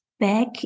back